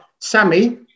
Sammy